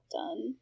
done